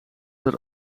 dat